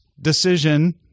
decision